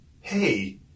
Hey